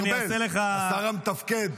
השר ארבל, השר המתפקד.